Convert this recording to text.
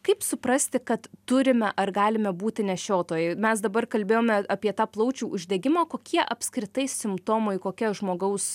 kaip suprasti kad turime ar galime būti nešiotojai mes dabar kalbėjome apie tą plaučių uždegimą kokie apskritai simptomai kokia žmogaus